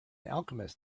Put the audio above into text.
alchemist